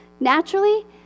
naturally